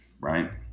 right